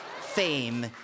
Fame